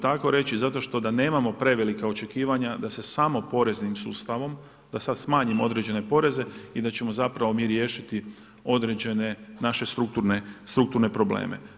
Tako reći zato što nemamo prevelika očekivanja da se samo poreznim sustavom da sada smanjimo određene poreze i da ćemo mi riješiti određene naše strukturne probleme.